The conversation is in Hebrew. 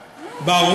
עכשיו,